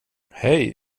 hej